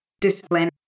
discipline